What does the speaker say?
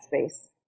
space